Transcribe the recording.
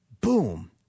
boom